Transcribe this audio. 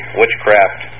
witchcraft